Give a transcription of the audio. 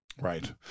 Right